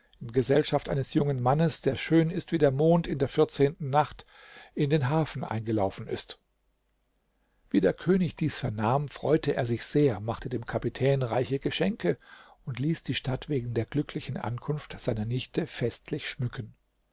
in gesellschaft eines jungen mannes der schön ist wie der mond in der vierzehnten nacht in den hafen eingelaufen ist wie der könig dies vernahm freute er sich sehr machte dem kapitän reiche geschenke und ließ die stadt wegen der glücklichen ankunft seiner nichte festlich schmücken